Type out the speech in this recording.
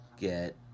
get